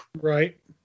Right